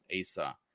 ASA